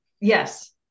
Yes